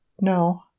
No